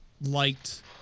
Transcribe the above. liked